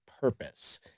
purpose